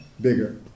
bigger